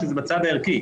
אלה שאלות ערכיות,